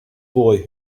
boy